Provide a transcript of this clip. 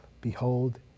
Behold